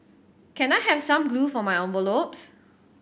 can I have some glue for my envelopes